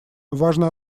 важно